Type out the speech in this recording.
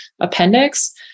appendix